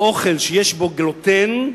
או אוכל שיש בו גלוטן,